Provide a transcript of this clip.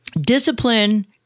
Discipline